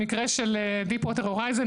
במקרה של דיפווטר הורייזן,